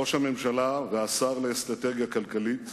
ראש הממשלה והשר לאסטרטגיה כלכלית,